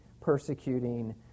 persecuting